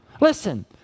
Listen